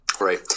Right